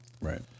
Right